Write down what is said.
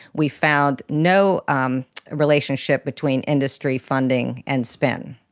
we found no um relationship between industry funding and spin.